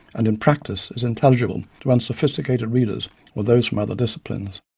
and in practice is intelligible to unsophisticated readers or those from other disciplines.